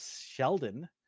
Sheldon